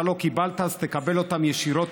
כבוד היושב-ראש,